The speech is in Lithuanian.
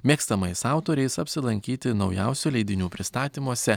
mėgstamais autoriais apsilankyti naujausių leidinių pristatymuose